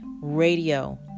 radio